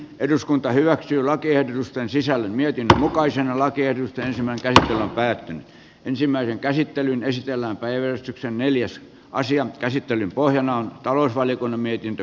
eduskunta hyväksyy lakiehdotusten sisällön mietintö jokaisen olla tietysti ensimmäiseltä tilalta ensimmäisen käsittelyn ysitiellä ajoitetaan neljässä asian käsittelyn pohjana on talousvaliokunnan mietintö